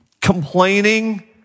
complaining